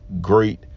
great